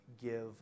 give